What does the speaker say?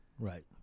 Right